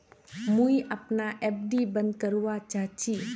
मुई अपना एफ.डी बंद करवा चहची